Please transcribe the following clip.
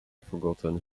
forgotten